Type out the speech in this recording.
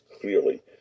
clearly